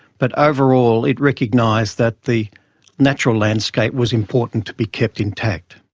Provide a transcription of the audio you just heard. but overall it recognised that the natural landscape was important to be kept intact.